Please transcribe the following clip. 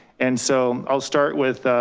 and so i'll start with